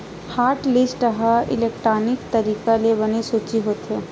hotlist ह electronic तरीका ले बने सूची होथे